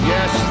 Yes